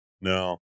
No